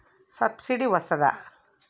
Subsidy వస్తదా?